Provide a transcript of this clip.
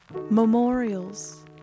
memorials